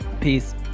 Peace